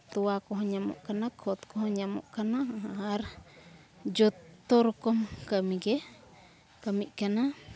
ᱛᱚᱣᱟ ᱠᱚᱦᱚᱸ ᱧᱟᱢᱚᱜ ᱠᱟᱱᱟ ᱠᱷᱚᱛ ᱠᱚᱦᱚᱸ ᱧᱟᱢᱚᱜ ᱠᱟᱱᱟ ᱟᱨ ᱡᱚᱛᱛᱚ ᱨᱚᱠᱚᱢ ᱠᱟᱹᱢᱤᱜᱮ ᱠᱟᱹᱢᱤᱜ ᱠᱟᱱᱟ